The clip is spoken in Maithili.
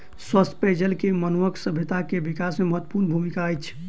स्वच्छ पेयजल के मनुखक सभ्यता के विकास में महत्वपूर्ण भूमिका अछि